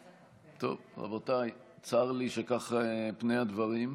רבותיי, צר לי שכך פני הדברים.